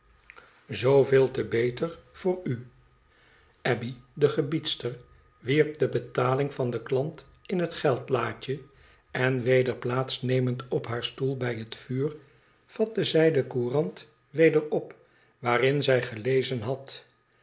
zooveel te beter voor u abbey de gebiedster wierp de betaling van den klant in het geldlaadje en weder plaats nemend op haar stoel bij het vuur vatte zij de courant weder op waarin zij gelezen had